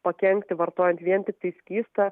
pakenkti vartojant vien tiktai skystą